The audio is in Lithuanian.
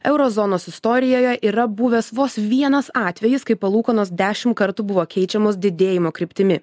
euro zonos istorijoje yra buvęs vos vienas atvejis kai palūkanos dešim kartų buvo keičiamos didėjimo kryptimi